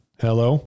Hello